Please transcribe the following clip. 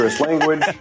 language